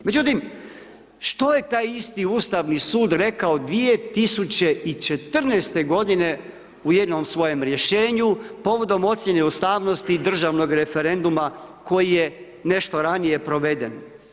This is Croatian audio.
Međutim, što je taj isti ustavni sud rekao 2014.g. u jednom svojem rješenju povodom ocijene ustavnosti državnog referenduma koji je nešto ranije proveden?